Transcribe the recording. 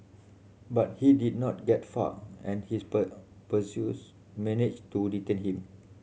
but he did not get far and his pursuers managed to detain him